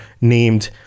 named